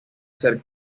ser